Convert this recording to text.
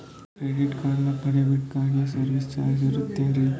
Credit card ಮತ್ತು debit ಕಾರ್ಡಗಳಿಗೆ service charge ಇರುತೇನ್ರಿ?